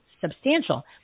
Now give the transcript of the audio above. substantial